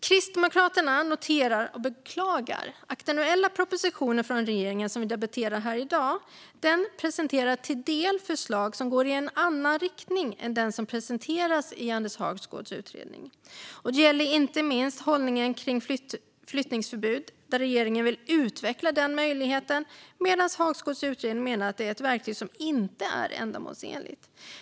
Kristdemokraterna noterar och beklagar att den aktuella proposition från regeringen som vi debatterar här i dag till del presenterar förslag som går i en annan riktning än förslagen i Anders Hagsgårds utredning. Det gäller inte minst hållningen kring flyttningsförbud där regeringen vill utveckla den möjligheten, medan Hagsgårds utredning menar att det är ett verktyg som inte är ändamålsenligt.